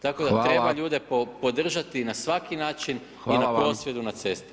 Tako da treba ljude podržati i na svaki način i na prosvjedu na cesti.